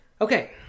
okay